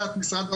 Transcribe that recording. משרד האוצר,